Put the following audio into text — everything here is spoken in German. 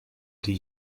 die